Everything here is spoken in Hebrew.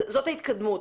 זאת ההתקדמות.